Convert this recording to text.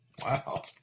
Wow